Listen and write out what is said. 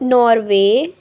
Norway